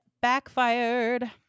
backfired